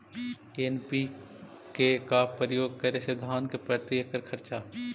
NPK का प्रयोग करे मे धान मे प्रती एकड़ खर्चा?